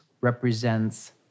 represents